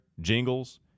Jingles